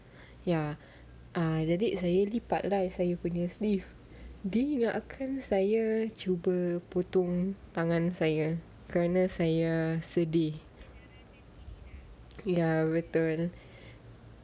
ya jadi saya lipat lah saya punya sleeves then ingat saya cuba potong tangan saya kerana saya sedih ya betul